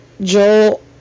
Joel